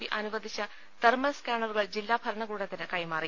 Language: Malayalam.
പി അനുവദിച്ച തെർമൽ സ്കാനറുകൾ ജില്ലാ ഭരണകൂടത്തിന് കൈമാറി